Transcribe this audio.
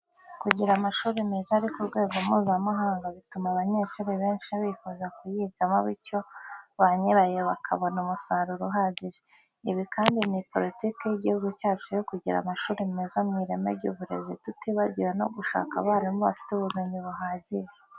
kugira amashuli meza ari ku rwego mpuza mahanga bitumama abanyeshuli benshi bifuza kuyigamo bityo ba nyirayo bakabona umusaruro uhagije. ibi kandi ni politike y'igihugu cyacu yo kugira amashuli meza mu ireme ry'uburezi tutibagiye no gushaka abalimu bafite ubumenyi buhagije.